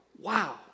wow